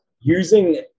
using